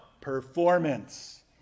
performance